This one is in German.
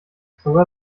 sogar